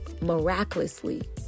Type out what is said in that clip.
miraculously